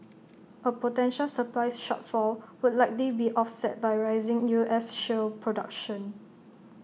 A potential supplies shortfall would likely be offset by rising U S shale production